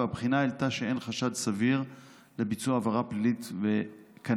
והבחינה העלתה שאין חשש סביר לביצוע עבירה פלילית כנטען,